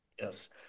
Yes